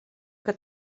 que